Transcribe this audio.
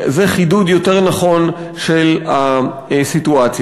חידוד יותר נכון של הסיטואציה.